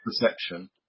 perception